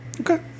Okay